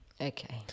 Okay